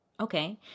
Okay